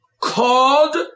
called